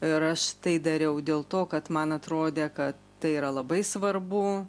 ir aš tai dariau dėl to kad man atrodė kad tai yra labai svarbu